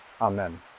Amen